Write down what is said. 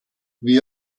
wie